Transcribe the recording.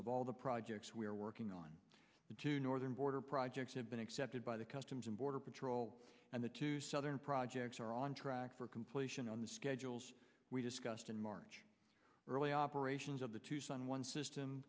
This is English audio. of all the projects we are working on to northern border projects have been accepted by the customs and border patrol and the two southern projects are on track for completion on the schedules we discussed in march early operations of the tucson one system